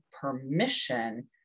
permission